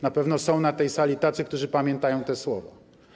Na pewno są na tej sali tacy, którzy pamiętają te słowa.